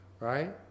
right